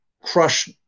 crush